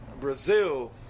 Brazil